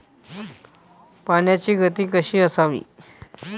पाण्याची गती कशी असावी?